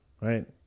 right